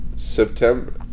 September